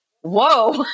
whoa